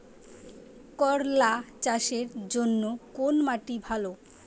করলা চাষের জন্য কোন মাটি ভালো?